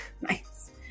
Nice